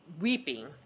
weeping